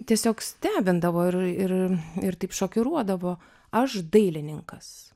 tiesiog stebindavo ir ir ir taip šokiruodavo aš dailininkas